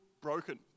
broken